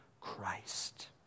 Christ